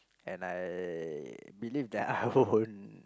and I believe that I won't